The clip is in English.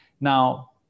Now